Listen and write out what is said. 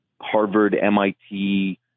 Harvard-MIT